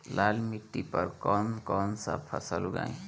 लाल मिट्टी पर कौन कौनसा फसल उगाई?